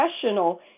professional